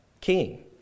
King